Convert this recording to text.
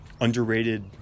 underrated